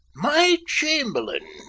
my chamberlain?